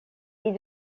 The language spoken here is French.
ils